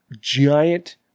giant